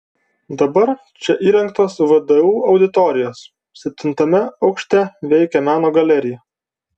dabar čia įrengtos vdu auditorijos septintame aukšte veikia meno galerija